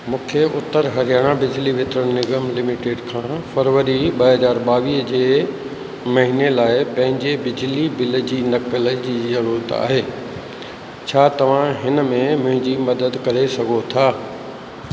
मूंखे उत्तर हरियाणा बिजली वितरण निगम लिमिटेड खां फरवरी ॿ हज़ार ॿावीह महीने लाइ पंहिंजे बिजली बिल जी नक़ल जी जरूरत आहे छा तव्हां हिनमें मुंहिंजी मदद करे सघो था